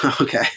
Okay